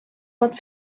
pot